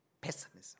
Pessimism